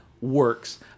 Works